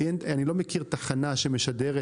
אני אומר שאני לא מכיר תחנה שמשדרת,